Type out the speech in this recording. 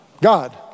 God